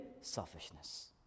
selfishness